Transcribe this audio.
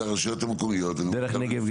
גם לגבי